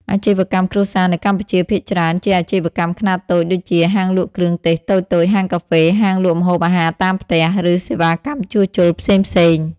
អាជីវកម្មគ្រួសារនៅកម្ពុជាភាគច្រើនជាអាជីវកម្មខ្នាតតូចដូចជា ហាងលក់គ្រឿងទេសតូចៗ ហាងកាហ្វេ ហាងលក់ម្ហូបអាហារតាមផ្ទះ ឬសេវាកម្មជួសជុលផ្សេងៗ។